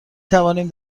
توانیم